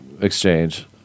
exchange